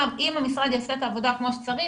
אם המשרד יעשה את העבודה כמו שצריך,